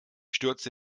stürzte